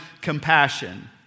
compassion